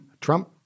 Trump